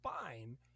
fine